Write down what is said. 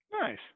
Nice